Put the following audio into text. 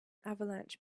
avalanche